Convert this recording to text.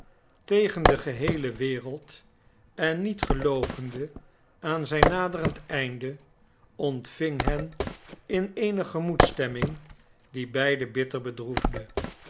tegen de geheele wereld en niet geloovende aan zijn naderend einde ontving hen in eene gemoedsstemming die beiden bitter bedroefde